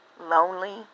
Lonely